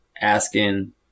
asking